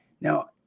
Now